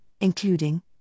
including